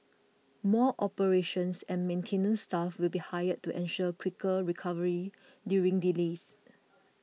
more operations and maintenance staff will be hired to ensure quicker recovery during delays